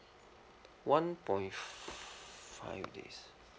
one point five days